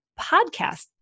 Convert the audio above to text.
podcast